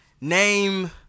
name